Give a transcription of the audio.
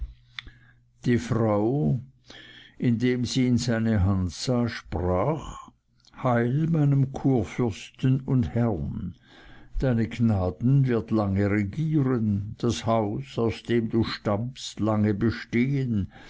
die frau indem sie in seine hand sah sprach heil meinem kurfürsten und herrn deine gnaden wird lange regieren das haus aus dem du stammst lange bestehen